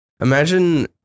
Imagine